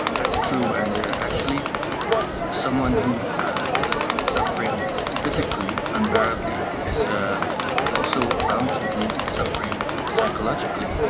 that's true, and actually someone who is suffering physically unbearably is also bound to be suffering psychologically.